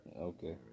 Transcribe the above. Okay